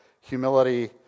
humility